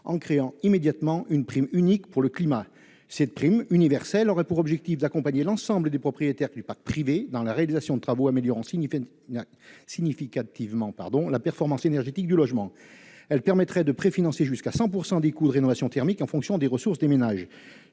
en créant immédiatement une prime unique pour le climat. Cette prime universelle aurait pour objectif d'accompagner l'ensemble des propriétaires du parc privé dans la réalisation de travaux améliorant significativement la performance énergétique du logement. Elle permettrait de préfinancer jusqu'à 100 % des coûts de rénovation thermique en fonction des ressources des ménages.